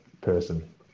person